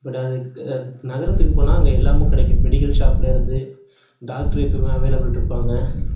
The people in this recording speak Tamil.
பட் அதுக்கு நகரத்துக்கு போனால் அங்கே எல்லாமும் கிடைக்கும் மெடிக்கல் ஷாப்லயிருந்து டாக்டர் எப்பவுமே அவைளபுல் இருப்பாங்க